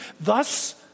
Thus